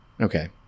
Okay